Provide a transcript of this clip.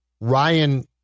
Ryan